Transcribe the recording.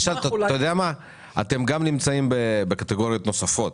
אתם נמצאים גם בקטגוריות נוספות,